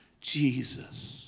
Jesus